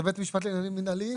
זה בית משפט לעניינים מנהליים,